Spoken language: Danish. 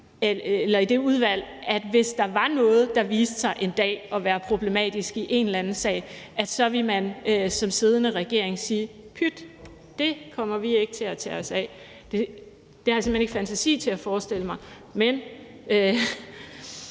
regering, hvis der en dag var noget, der viste sig at være problematisk i en eller anden sag, så ville sige: Pyt, det kommer vi ikke til at tage os af. Det har jeg simpelt hen ikke fantasi til at forestille mig. Kl.